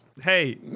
hey